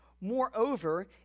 Moreover